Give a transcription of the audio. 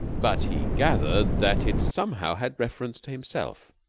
but he gathered that it somehow had reference to himself.